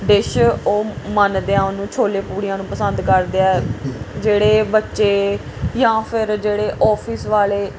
dish ਉਹ ਮੰਨਦੇ ਆ ਉਹਨੂੰ ਛੋਲੇ ਪੂਰੀਆਂ ਨੂੰ ਪਸੰਦ ਕਰਦੇ ਆ ਜਿਹੜੇ ਬੱਚੇ ਜਾਂ ਫਿਰ ਜਿਹੜੇ ਆਫਿਸ ਵਾਲੇ